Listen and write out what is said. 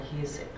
hes